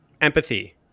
Empathy